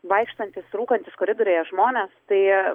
vaikštantys rūkantys koridoriuje žmonės tai